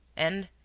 and,